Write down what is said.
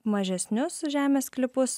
mažesnius žemės sklypus